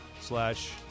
slash